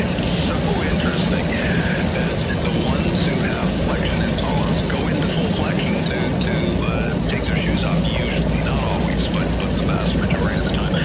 it's so interesting that the ones who have flexion intolerance go into full flexion to to take their shoes off, usually, not always, but but the vast majority of the time,